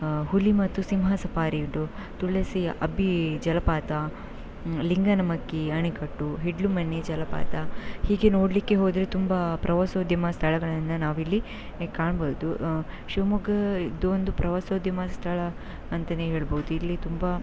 ಹುಲಿ ಮತ್ತು ಸಿಂಹ ಸಫಾರಿ ಉಂಟು ತುಳಸಿಯ ಅಬ್ಬಿ ಜಲಪಾತ ಲಿಂಗನಮಕ್ಕಿ ಅಣೆಕಟ್ಟು ಹಿಡ್ಲುಮನೆ ಜಲಪಾತ ಹೀಗೆ ನೋಡಲಿಕ್ಕೆ ಹೋದರೆ ತುಂಬ ಪ್ರವಾಸೋದ್ಯಮ ಸ್ಥಳಗಳನ್ನು ನಾವಿಲ್ಲಿ ಕಾಣ್ಬೌದು ಶಿವಮೊಗ್ಗ ಇದು ಒಂದು ಪ್ರವಾಸೋದ್ಯಮ ಸ್ಥಳ ಅಂತಾನೇ ಹೇಳ್ಬೌದು ಇಲ್ಲಿ ತುಂಬ